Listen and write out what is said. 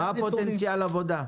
מה פוטנציאל העבודה?